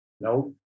no